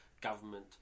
government